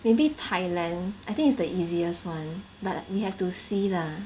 maybe Thailand I think it's the easiest [one] but we have to see lah